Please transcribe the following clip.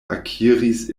akiris